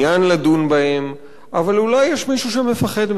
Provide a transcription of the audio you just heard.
לדון בהם אבל אולי יש מישהו שמפחד מהם,